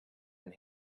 and